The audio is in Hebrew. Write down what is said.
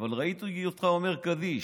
אבל ראיתי אותך אומר קדיש.